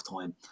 time